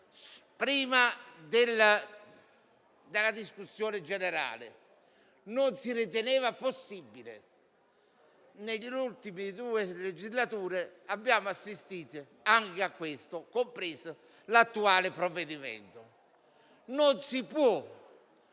prima della discussione generale: non si riteneva possibile. Nelle ultime due legislature abbiamo assistito anche a questo, compreso l'attuale provvedimento. Non c'è una